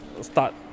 start